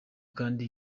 kandi